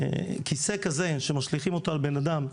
כיסא כזה שמשליכים אותו על בן אדם,